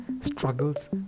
struggles